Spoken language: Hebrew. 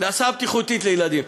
להסעה בטיחותית לילדים.